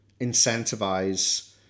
incentivize